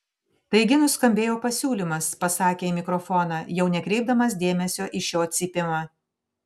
taigi nuskambėjo pasiūlymas pasakė į mikrofoną jau nekreipdamas dėmesio į šio cypimą